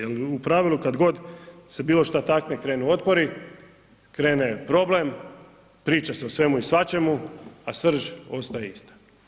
Jel u pravilu kada god se bilo šta tak ne krenu otpori krene problem, priča se o svemu i svačemu, a srž ostaje ista.